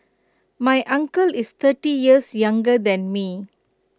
my uncle is thirty years younger than me